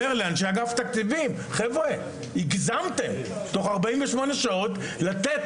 לאנשי אגף תקציבים שהם הגזימו ותוך 48 שעות עליהם לתת